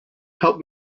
help